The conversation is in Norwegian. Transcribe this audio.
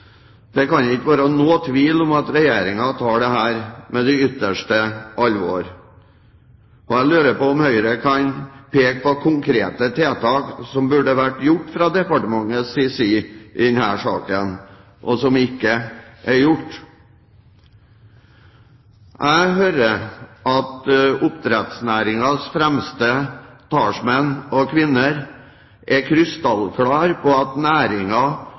Det kan ikke være noen tvil om at Regjeringen tar dette på ytterste alvor. Jeg lurer på om Høyre kan peke på konkrete tiltak som burde vært gjort fra departementets side i denne saken, og som ikke er gjort. Jeg hører at oppdrettsnæringens fremste talsmenn og -kvinner er krystallklare på at